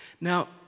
now